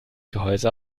gehäuse